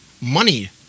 money